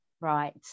Right